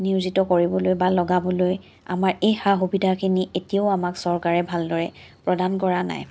নিয়োজিত কৰিবলৈ বা লগাবলৈ আমাৰ এই সা সুবিধাখিনি এতিয়াও আমাক চৰকাৰে ভালদৰে প্ৰদান কৰা নাই